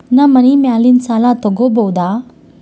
ನಾ ಮನಿ ಮ್ಯಾಲಿನ ಸಾಲ ತಗೋಬಹುದಾ?